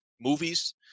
movies